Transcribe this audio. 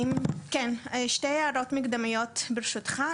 שתי הערות מקדמיות ברשותך.